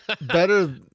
better